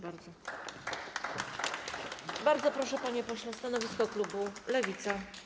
Bardzo proszę, panie pośle, stanowisko klubu Lewica.